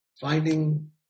finding